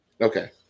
Okay